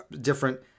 different